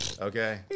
Okay